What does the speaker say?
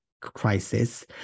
crisis